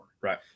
Right